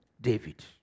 David